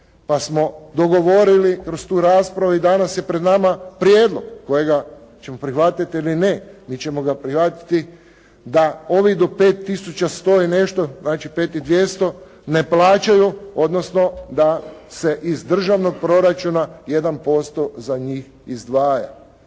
pa smo dogovorili kroz tu raspravu i danas je pred nama prijedlog kojega ćemo prihvatiti ili ne. Mi ćemo ga prihvatiti da ovi do 5 tisuća 100 i nešto, znači 5 i 200 ne plaćaju, odnosno da se iz državnog proračuna 1% za njih izdvaja.